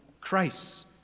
Christ